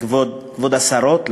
כבוד השרות,